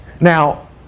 Now